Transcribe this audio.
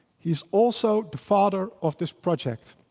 he's also the father of this project.